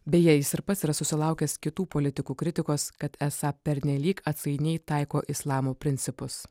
beje jis ir pats yra susilaukęs kitų politikų kritikos kad esą pernelyg atsainiai taiko islamo principus